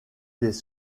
des